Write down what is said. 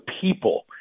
people –